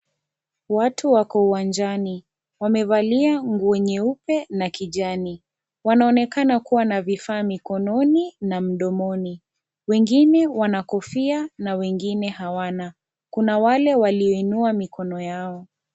Watu wako uwanjani. Wamevalia nguo nyeupe na kijani. Wanaonekana kuwa na vifaa midomoni. Wengine wana kofia na wengine hawana. Kuna wale walioinua mikono yao.